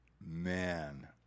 Man